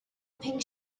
pink